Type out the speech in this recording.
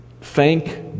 Thank